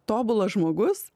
tobulas žmogus